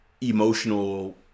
emotional